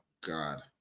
God